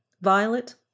violet